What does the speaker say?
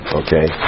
okay